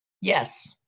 Yes